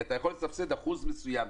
כי אפשר לסבסד אחוז מסוים,